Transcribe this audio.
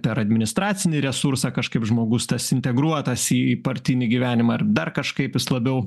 per administracinį resursą kažkaip žmogus tas integruotas į partinį gyvenimą ar dar kažkaip jis labiau